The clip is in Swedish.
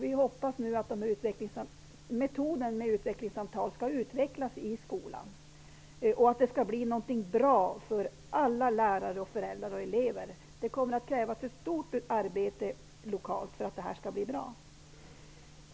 Vi hoppas att metoden utvecklingssamtal skall utvecklas i skolan och att de skall bli någonting bra för alla lärare, föräldrar och elever. Det kommer att krävas ett omfattande arbete lokalt för att det här skall bli bra.